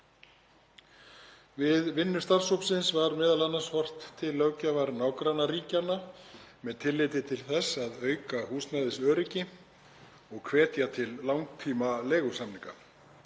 Við vinnu starfshópsins var m.a. horft til löggjafar nágrannaríkjanna með tilliti til þess að auka húsnæðisöryggi og hvetja til langtímaleigusamninga.